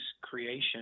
creation